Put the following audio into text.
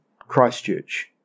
Christchurch